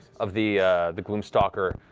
of the the gloom stalker,